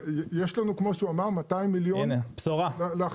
יש לנו 200 מיליון להכשרות.